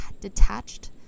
detached